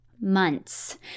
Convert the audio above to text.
months